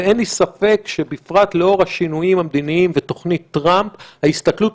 ואין לי ספק שבפרט לאור השינויים המדיניים ותוכנית טראמפ ההסתכלות